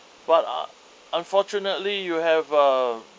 what ar~ unfortunately you have a